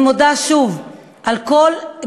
אני מודה שוב על הכול,